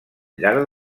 llarg